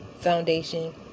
foundation